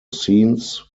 scenes